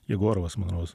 jegorovas man rodos